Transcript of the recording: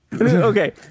okay